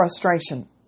frustration